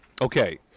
Okay